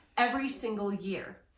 every single year.